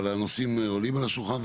הנושאים עולים על השולחן,